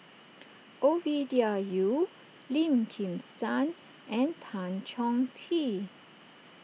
Ovidia Yu Lim Kim San and Tan Chong Tee